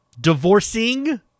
Divorcing